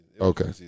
Okay